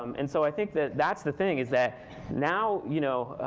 um and so i think that that's the thing, is that now, you know,